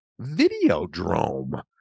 Videodrome